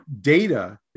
data